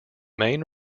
main